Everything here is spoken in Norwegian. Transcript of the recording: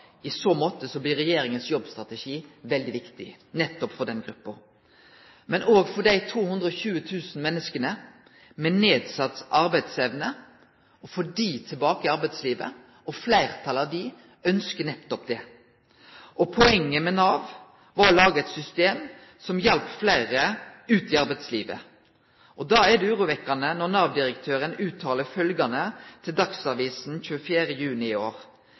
i så måte regjeringas jobbstrategi veldig viktig nettopp for denne gruppa, men òg for å få dei 220 000 menneska med nedsett arbeidsevne tilbake i arbeidslivet, og fleirtalet av dei ønskjer nettopp det. Poenget med Nav var å lage eit system som hjelpte fleire ut i arbeidslivet. Då er det urovekkjande når Nav-direktøren uttaler følgjande til Dagsavisen 24. juni i år: